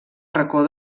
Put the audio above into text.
racó